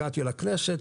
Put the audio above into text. הגעתי לכנסת,